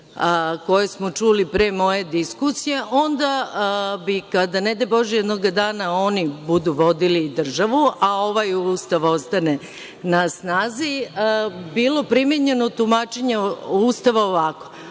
koje smo čuli pre moje diskusije, onda bi, kada ne daj bože jednoga dana oni budu vodili državu, a ovaj Ustav ostane na snazi, bilo primenjeno tumačenje Ustava ovako